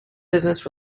business